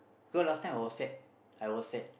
so last time I was fat I was fat